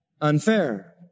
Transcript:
Unfair